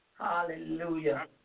Hallelujah